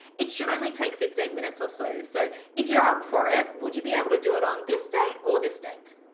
it should only take fifteen minutes or so. so if you're up for it, would you be able to do it on this date or this date?